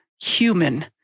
human